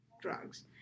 drugs